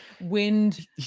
wind